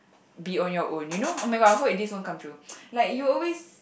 be on your own you know oh-my-god I hope this won't come true like you always